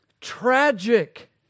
tragic